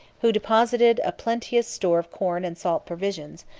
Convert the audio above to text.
who deposited a plenteous store of corn and salt provisions,